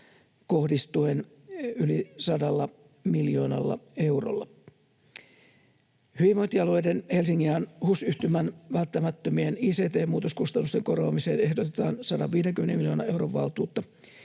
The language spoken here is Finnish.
kohdistuen yli 100 miljoonalla eurolla. Hyvinvointialueiden, Helsingin ja HUS-yhtymän välttämättömien ICT-muutoskustannusten korvaamiseen ehdotetaan 150 miljoonan euron valtuutta,